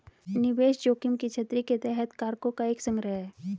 निवेश जोखिम की छतरी के तहत कारकों का एक संग्रह है